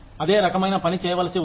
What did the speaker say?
అదే రకమైన పని చేయవలసి ఉంది